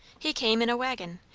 he came in a waggon,